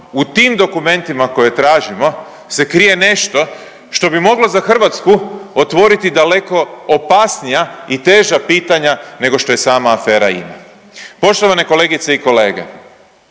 u tim dokumentima koje tražimo se krije nešto što bi moglo za hrvatsku otvoriti daleko opasnija i teža pitanja nego što je sama afera INA. Poštovane kolegice i kolege,